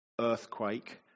earthquake